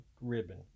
ribbon